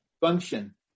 function